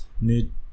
need